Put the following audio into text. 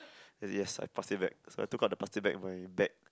yes I've plastic bag so I took out the plastic bag from my bag